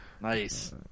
Nice